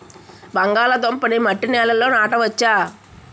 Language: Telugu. బంగాళదుంప నీ మట్టి నేలల్లో నాట వచ్చా?